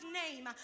name